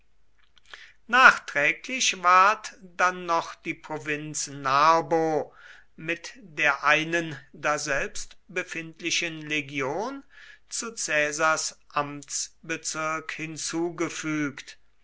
nachträglich ward dann noch die provinz narbo mit der einen daselbst befindlichen legion zu caesars amtsbezirk hinzugefügt